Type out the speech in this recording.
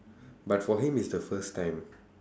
but for him it's the first time